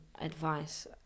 advice